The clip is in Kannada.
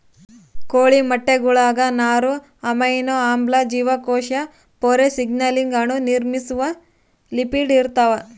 ಕೋಳಿ ಮೊಟ್ಟೆಗುಳಾಗ ನಾರು ಅಮೈನೋ ಆಮ್ಲ ಜೀವಕೋಶ ಪೊರೆ ಸಿಗ್ನಲಿಂಗ್ ಅಣು ನಿರ್ಮಿಸುವ ಲಿಪಿಡ್ ಇರ್ತಾವ